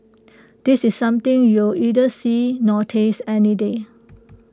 this is something you'll neither see nor taste any day